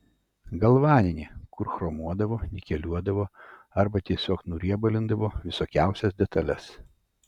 galvaninį kur chromuodavo nikeliuodavo arba tiesiog nuriebalindavo visokiausias detales